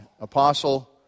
apostle